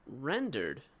rendered